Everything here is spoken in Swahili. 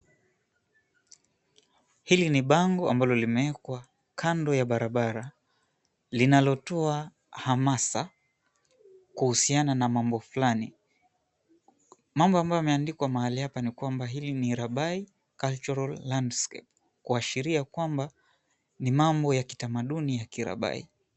Hili ni bango ambalo limeekwa kando ya barabara, linalotoa hamasa kuhusiana na mambo fulani. Mambo ambayo yameandikwa mahali hapa ni kwamba hili ni, Rabai Cultural Landscape, kuashiria kwamba ni mambo ya kitamaduni ya Kirabai.